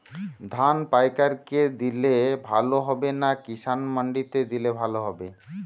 ধান পাইকার কে দিলে ভালো হবে না কিষান মন্ডিতে দিলে ভালো হবে?